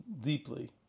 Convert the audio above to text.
deeply